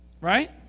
Right